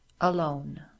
Alone